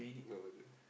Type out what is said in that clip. no